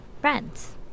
friends